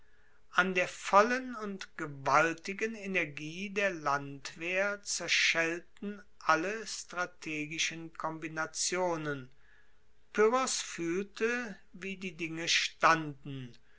an der vollen und gewaltigen energie der landwehr zerschellten alle strategischen kombinationen pyrrhos fuehlte wie die dinge standen